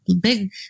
big